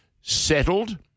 settled